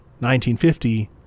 1950